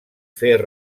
fer